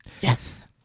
Yes